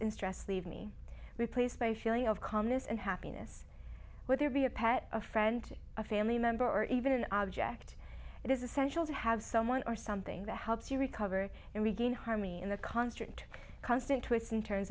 in stress leave me replaced by a feeling of calmness and happiness will there be a pet a friend a family member or even an object it is essential to have someone or something that helps you recover and regain harmony in the constant constant twists and t